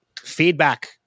Feedback